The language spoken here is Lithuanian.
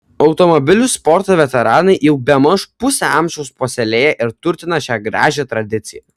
automobilių sporto veteranai jau bemaž pusę amžiaus puoselėja ir turtina šią gražią tradiciją